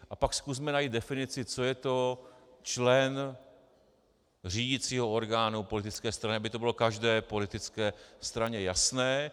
A pak zkusme najít definici, co je to člen řídicího orgánu politické strany, aby to bylo každé politické straně jasné.